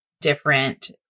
different